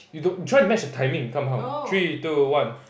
you don't you try to match the timing somehow three two one